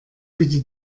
bitte